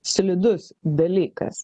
slidus dalykas